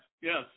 yes